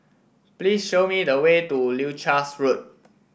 please show me the way to Leuchars Road